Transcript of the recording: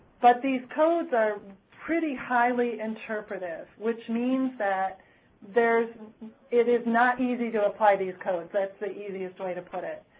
but these codes are pretty highly interpretive, which means that there's it is not easy to apply these codes. that's the easiest way to put it,